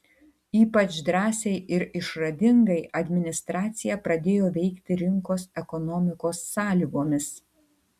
ypač drąsiai ir išradingai administracija pradėjo veikti rinkos ekonomikos sąlygomis